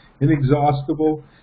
inexhaustible